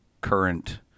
current